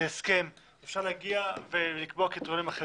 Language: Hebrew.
אפשר להגיע ולקבוע קריטריונים אחרים.